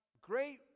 great